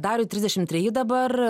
dariui trisdešim treji dabar